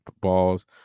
balls